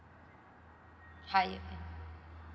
higher